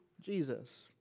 Jesus